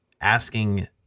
asking